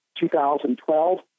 2012